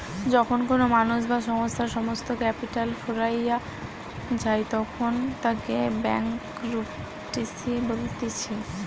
যখন কোনো মানুষ বা সংস্থার সমস্ত ক্যাপিটাল ফুরাইয়া যায়তখন তাকে ব্যাংকরূপটিসি বলতিছে